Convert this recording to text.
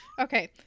Okay